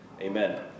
Amen